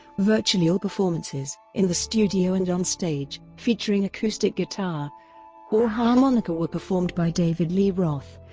virtually all performances, in the studio and on stage, featuring acoustic guitar or harmonica were performed by david lee roth,